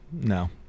no